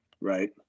Right